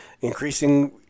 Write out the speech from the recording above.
increasing